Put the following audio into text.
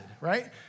right